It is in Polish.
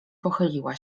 pochyliła